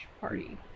party